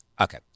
Okay